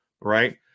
right